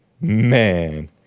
Man